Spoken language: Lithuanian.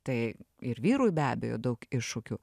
tai ir vyrui be abejo daug iššūkių